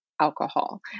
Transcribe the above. alcohol